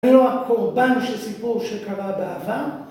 זה לא הקורבן של סיפור שקרה בעבר.